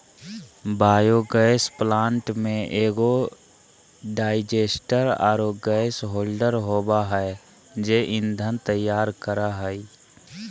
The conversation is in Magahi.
बायोगैस प्लांट में एगो डाइजेस्टर आरो गैस होल्डर होबा है जे ईंधन तैयार करा हइ